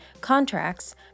contracts